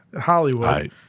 Hollywood